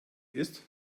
ist